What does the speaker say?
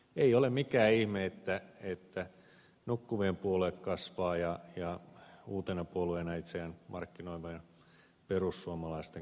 ei ole mikään ihme että nukkuvien puolue kasvaa ja uutena puolueena itseään markkinoivan perussuomalaisten kannatus kasvaa